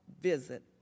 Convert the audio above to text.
visit